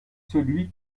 celui